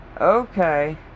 Okay